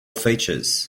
features